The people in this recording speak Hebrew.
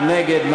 מי נגד?